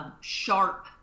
sharp